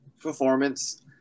performance